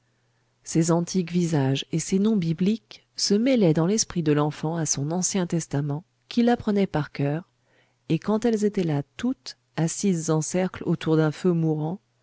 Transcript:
ces antiques visages et ces noms bibliques se mêlaient dans l'esprit de l'enfant à son ancien testament qu'il apprenait par coeur et quand elles étaient là toutes assises en cercle autour d'un feu mourant